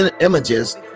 images